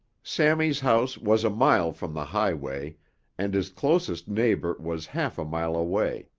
sammy's house was a mile from the highway and his closest neighbor was half a mile away,